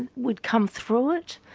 and we'd come through it.